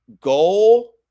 Goal